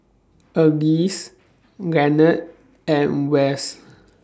Alease Lanette and Wes